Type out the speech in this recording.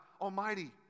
Almighty